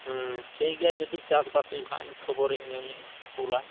ᱦᱮᱸ ᱴᱷᱤᱠ ᱜᱮᱭᱟ ᱡᱩᱫᱤ ᱪᱟᱥ ᱵᱟᱥ ᱦᱩᱭᱩᱜ ᱠᱷᱟᱱ ᱤᱧ ᱠᱷᱚᱵᱚᱨᱤᱧ ᱠᱩᱞᱟ